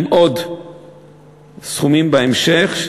עם עוד סכומים בהמשך,